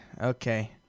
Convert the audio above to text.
okay